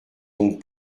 donc